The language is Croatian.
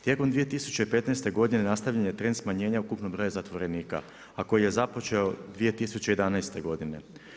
Tijekom 2015. godine nastavljen je trend smanjenja ukupnog broja zatvorenika a koji je započeo 2011. godine.